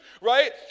right